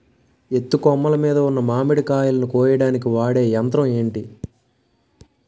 ఎత్తు కొమ్మలు మీద ఉన్న మామిడికాయలును కోయడానికి వాడే యంత్రం ఎంటి?